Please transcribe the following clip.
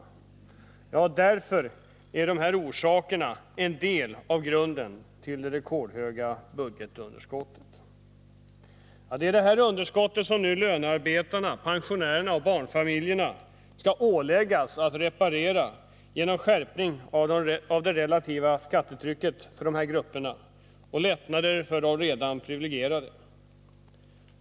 Därför är dessa orsaker en del av grunden till det rekordhöga budgetunderskottet. Det är detta underskott som nu lönearbetarna, pensionärerna och barnfamiljerna skall åläggas att minska — det relativa skattetrycket skärps för dessa grupper och lättnader ges åt de redan privilegierade.